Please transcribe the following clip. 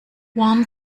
one